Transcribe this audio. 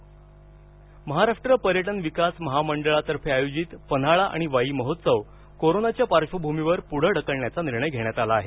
पन्हाळा वाई महोत्सव लांबणीवर महाराष्ट्र पर्यटन विकास महामंडळातर्फे आयोजित पन्हाळा आणि वाई महोत्सव कोरोनाच्या पार्श्वभूमीवर पुढे ढकलण्याचा निर्णय घेण्यात आला आहे